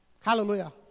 Hallelujah